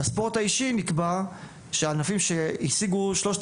בספורט הנשי נקבע שענפים שהשיגו שלושת